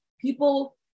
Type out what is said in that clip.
People